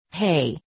Hey